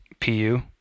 PU